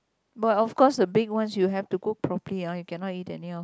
but of course the big ones you have to cook properly ah you cannot eat anyhow